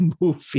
movie